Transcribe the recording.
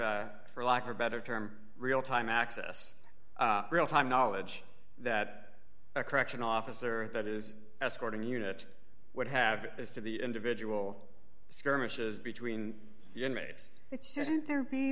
for lack of better term real time access real time knowledge that a correctional officer that is escorting a unit would have is to the individual skirmishes between it shouldn't there be